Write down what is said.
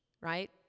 right